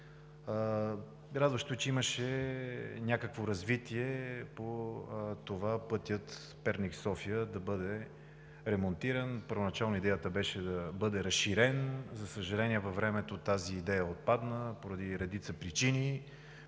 Радващо е, че имаше някакво развитие по това пътят Перник – София да бъде ремонтиран. Първоначално идеята беше да бъде разширен. За съжаление, във времето тази идея отпадна поради редица причини.